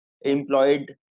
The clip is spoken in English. employed